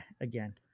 again